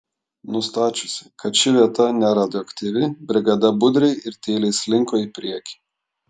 nustačiusi kad ši vieta neradioaktyvi brigada budriai ir tyliai slinko į priekį